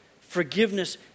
Forgiveness